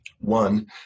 One